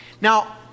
Now